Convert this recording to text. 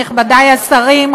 נכבדי השרים,